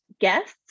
guests